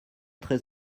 très